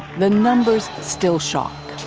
the numbers still shock.